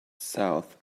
south